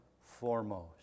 foremost